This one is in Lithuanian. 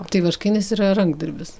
tai vaškainis yra rankdarbis